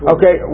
Okay